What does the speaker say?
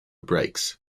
brakes